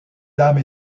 dame